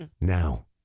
Now